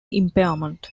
impairment